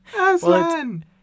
Aslan